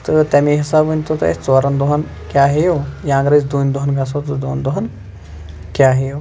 تہٕ تَمے حِسابہٕ ؤنۍ تو اَسہِ تُہۍ ژورَن دۄہَن کیاہ ہیٚیو یا اَگر أسۍ دۄن دۄہَن گژھو تہٕ دۄن دۄہَن کیاہ ہیٚیو